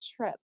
trip